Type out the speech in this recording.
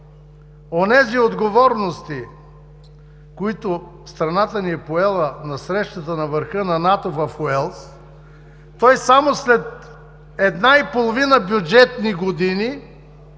онези отговорности, които страната ни е поела на срещата на върха на НАТО в Уелс, той само след една и половина календарни години